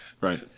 Right